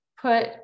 put